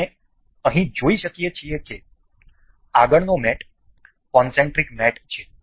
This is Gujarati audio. આપણે અહીં જોઈ શકીએ છીએ કે આગળનો મેટ કોનસેન્ટ્રિક મેટ છે